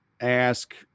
ask